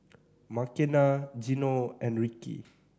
Makena Gino and Rickey